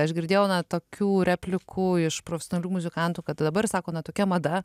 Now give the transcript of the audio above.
aš girdėjau na tokių replikų iš profesionalių muzikantų kad dabar sako na tokia mada